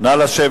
נא לשבת.